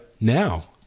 now